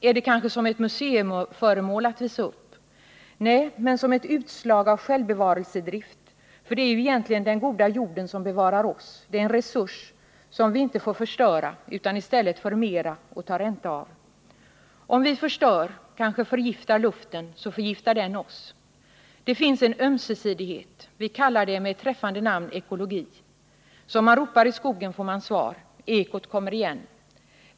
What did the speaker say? Är det kanske för att ha ett museiföremål att visa upp? Nej, det är ett utslag av självbevarelsedrift, för det är ju egentligen den goda jorden som bevarar oss, den ären resurs som vi inte får förstöra utan som vi i stället måste förmera och ta ränta av. Om vi förstör — kanske förgiftar — luften, förgiftar den oss. Det finns en ömsesidighet. Vi kallar den med ett träffande namn ekologi. Som man ropari ” skogen får man svar. Ekot kommer igen.